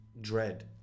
dread